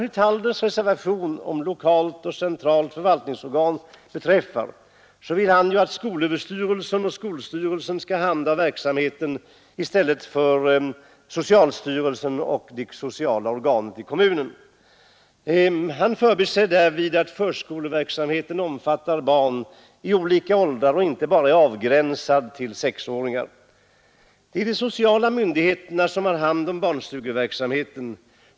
I sin reservation om lokalt och centralt förvaltningsorgan vill herr Hyltander att skolstyrelsen och skolöverstyrelsen skall handha verksamheten i stället för kommunernas sociala organ och socialstyrelsen. Han förbiser därvid att förskoleverksamheten omfattar barn i olika åldrar och inte är avgränsad bara till sexåringarna. Det är de sociala myndigheterna som har hand om barnstugeverksamheten.